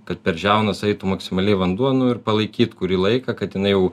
kad per žiaunas eitų maksimaliai vanduo nu ir palaikyt kurį laiką kad jinai jau